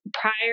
prior